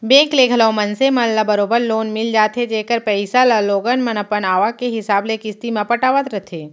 bank ले घलौ मनसे मन ल बरोबर लोन मिल जाथे जेकर पइसा ल लोगन मन अपन आवक के हिसाब ले किस्ती म पटावत रथें